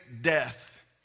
death